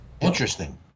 Interesting